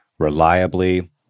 Reliably